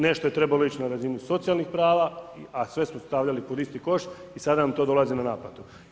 Nešto je trebalo ići na razinu socijalnih prava, a sve smo stavljali pod isti koš i sada nam to dolazi na naplatu.